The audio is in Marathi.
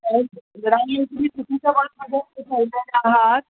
तुम्ही चुकीच्या बसमध्ये चढलेले आहात